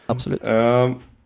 Absolut